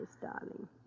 darling